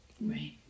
Right